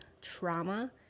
trauma